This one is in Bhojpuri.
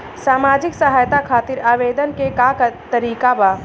सामाजिक सहायता खातिर आवेदन के का तरीका बा?